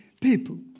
people